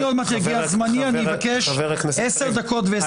תכף יגיע זמני, אבקש 10:20 דקות.